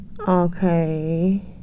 Okay